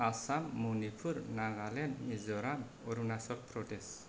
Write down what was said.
Assam Manipur Nagaland Mizoram Arunachal Pradesh